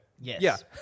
Yes